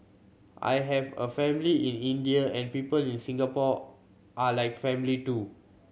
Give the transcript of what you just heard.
I have a family in India and people in Singapore are like family too